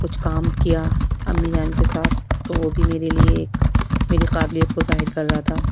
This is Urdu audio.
کچھ کام کیا امی جان کے ساتھ تو وہ بھی میرے لیے ایک میری قابلیت کو ظاہر کر رہا تھا